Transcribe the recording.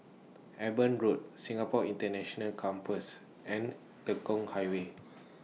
Eben Road Singapore International Campus and Tekong Highway